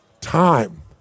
time